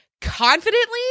confidently